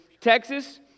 Texas